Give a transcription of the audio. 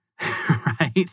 Right